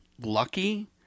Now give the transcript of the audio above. lucky